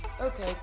Okay